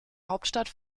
hauptstadt